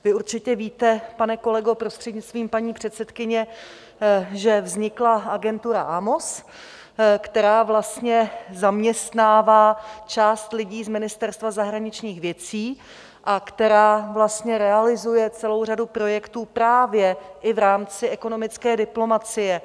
Vy určitě víte, pane kolego, prostřednictvím paní předsedkyně, že vznikla agentura AMOS, která vlastně zaměstnává část lidí z Ministerstva zahraničních věcí a která vlastně realizuje celou řadu projektů právě i v rámci ekonomické diplomacie.